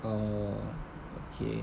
oh okay